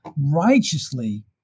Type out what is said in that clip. righteously